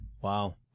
wow